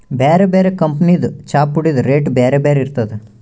ಬ್ಯಾರೆ ಬ್ಯಾರೆ ಕಂಪನಿದ್ ಚಾಪುಡಿದ್ ರೇಟ್ ಬ್ಯಾರೆ ಬ್ಯಾರೆ ಇರ್ತದ್